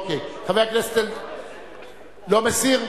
לא מסיר?